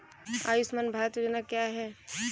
आयुष्मान भारत योजना क्या है?